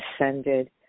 ascended